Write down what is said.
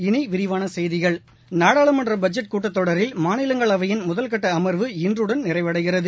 இனி விரிவான செய்திகள் நாடாளுமன்ற பட்ஜெட் கூட்டத்தொடரில் மாநிலங்களவையின் முதல்கட்ட அமா்வு இன்றுடன் நிறைவடைகிறது